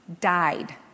died